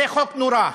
זה חוק נורא.